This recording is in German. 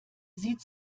sieht